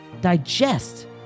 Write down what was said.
digest